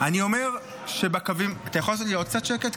אתה יכול לעשות לי עוד קצת שקט?